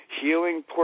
healing